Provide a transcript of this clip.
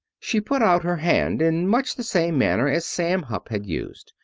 she put out her hand in much the same manner as sam hupp had used.